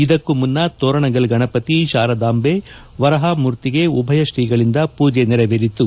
ಇದಕ್ಕೂ ಮುನ್ನ ತೋರಣಗಲ್ ಗಣಪತಿ ಶಾರದಾಂಬೆ ವರಹಾಮೂರ್ತಿಗೆ ಉಭಯ ಶ್ರೀಗಳಿಂದ ಪೂಜೆ ನೆರವೇರಿತು